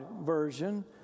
version